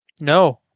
No